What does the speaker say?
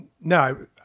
No